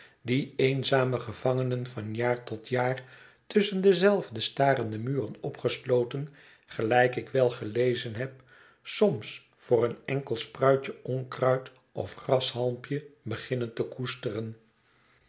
die eenzame gevangenen van jaar tot jaar tusschen dezelfde starende muren opgesloten gelijk ik wel gelezen heb soms voor een enkel spruitje onkruid of grashalmpje beginnen te koesteren